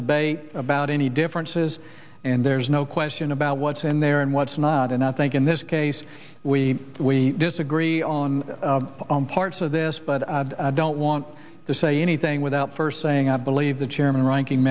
debate about any differences and there's no question about what's in there and what's not and i think in this case we we disagree on parts of this but i don't want to say anything without first saying i believe the chairman ranking